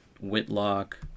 Whitlock